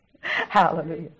Hallelujah